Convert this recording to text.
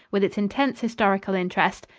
with its intense historical interest,